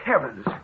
heavens